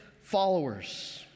followers